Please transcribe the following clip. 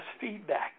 feedback